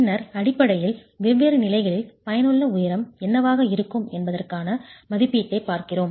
பின்னர் அடிப்படையில் வெவ்வேறு நிலைகளில் பயனுள்ள உயரம் என்னவாக இருக்கும் என்பதற்கான மதிப்பீட்டைப் பார்க்கிறோம்